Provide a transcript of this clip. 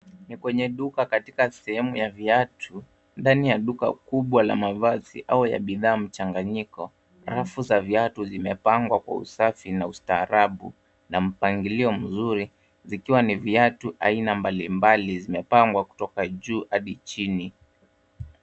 Ni kwenye duka katika sehemu ya viatu ndani ya duka kubwa ya viatu au bidhaa mchanganyiko. Rafu za viatu zimepangwa kwa usafi na ustaarabu na mpangilio mzuri vikiwa ni viatu aina mbalimbali zimepangwa kutoka juu hadi chini.